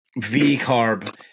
V-carb